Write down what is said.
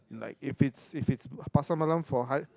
like if it's if it's Pasar Malam for hi